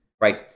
right